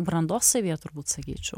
brandos savyje turbūt sakyčiau